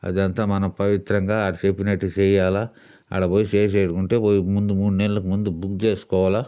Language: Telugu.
అదంతా మనం పవిత్రంగా ఆడ చెప్పినట్టే చెయ్యాల ఆడపోయి చేసేటిగుంటే పోయి ముందు మూడునెలలకు ముందు పోయి బుక్ చేసుకోవాలి